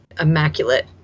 immaculate